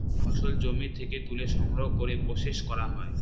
ফসল জমি থেকে তুলে সংগ্রহ করে প্রসেস করা হয়